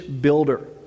builder